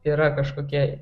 yra kažkokie